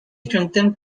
strengthened